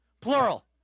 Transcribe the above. Plural